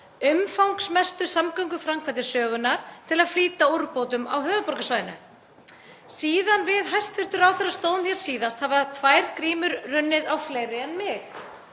umfangsmestu samgönguframkvæmdir sögunnar til að flýta úrbótum á höfuðborgarsvæðinu. Síðan við hæstv. ráðherra stóðum hér síðast hafa tvær grímur runnið á fleiri en mig.